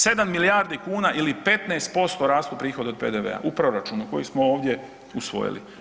7 milijardi kuna ili 15% rastu prigodi od PDV-a u proračunu koje smo ovdje usvojili.